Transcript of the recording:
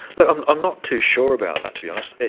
but i'm um not too sure about that to be honest.